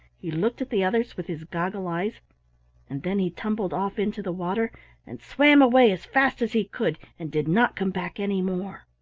he looked at the others with his goggle eyes and then he tumbled off into the water and swam away as fast as he could and did not come back any more.